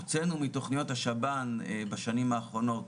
הוצאנו מתכניות השב"ן בשנים האחרונות